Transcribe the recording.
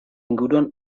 inguruan